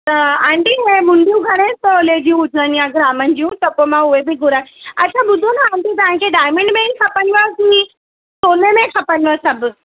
त आंटी ऐं मुंडियूं घणे तोले जूं हुजनि या ग्रामनि जूं त पोइ मां उहे बि घुरा अच्छा ॿुधो न आंटी तव्हांखे डायमंड में ई खपनव या सोने में खपनव सभु